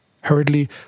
Hurriedly